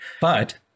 But-